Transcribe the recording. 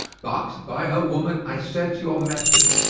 but by her woman, i sent your message,